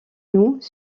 nous